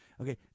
Okay